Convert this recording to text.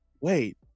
wait